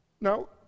Now